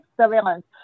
surveillance